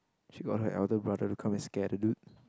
she got her elder brother to come and scare the dude